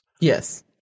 yes